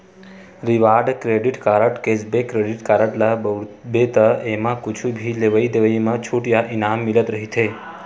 reward credit card, cashback credit card ल बउरबे त एमा कुछु भी लेवइ देवइ म छूट या इनाम मिलत रहिथे